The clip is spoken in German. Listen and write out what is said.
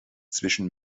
zwischen